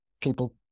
people